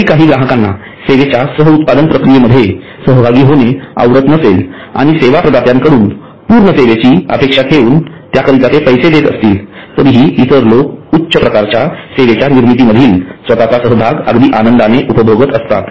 जरी काही ग्राहकाना सेवेच्या सह उत्पादन प्रक्रियेमध्ये सहभागी होणे आवडत नसेल आणि सेवा प्रदात्याकडून पूर्ण सेवेची अपेक्षा ठेवून त्याकरिता ते पैसे देत असतील तरीही इतर लोक उच्च प्रकारच्या सेवेच्या निर्मितीमधील स्वतःचा सहभाग आनंदाने उपभोगत असतात